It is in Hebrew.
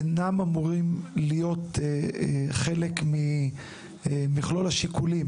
שמגיע לכאן אינן אמורות להיות חלק ממכלול השיקולים.